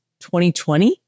2020